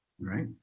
Right